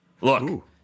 Look